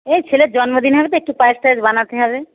এই ছেলের জন্মদিন হবে তো একটু পায়েস টায়েস বানাতে হবে